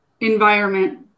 environment